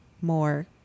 more